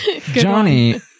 Johnny